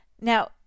now